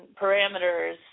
parameters